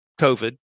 COVID